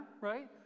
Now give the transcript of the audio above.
right